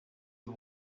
you